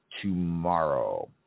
tomorrow